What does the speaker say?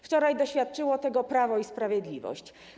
Wczoraj doświadczyło tego Prawo i Sprawiedliwość.